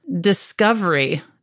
discovery